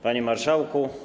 Panie Marszałku!